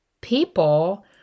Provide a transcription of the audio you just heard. people